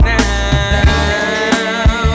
now